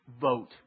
Vote